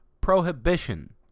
prohibition